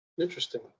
Interesting